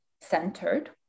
centered